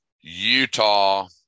Utah